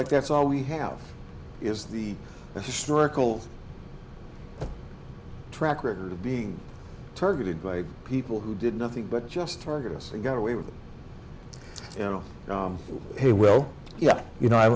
like that's all we have is the historical track record of being targeted by people who did nothing but just target us and got away with it you know hey well yeah you know i